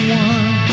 one